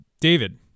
David